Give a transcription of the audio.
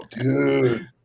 dude